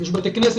יש גם בתי כנסת,